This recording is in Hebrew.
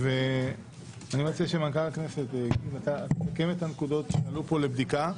אני מציע שמנכ"ל הכנסת ימקד את הנקודות שעלו פה לבדיקה.